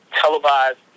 televised